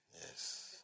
Yes